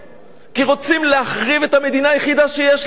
כי רוצים להחריב את המדינה היחידה שיש לנו.